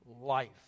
life